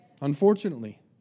Unfortunately